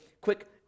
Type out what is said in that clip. quick